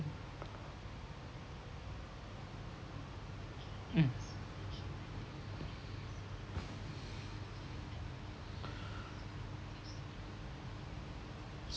mm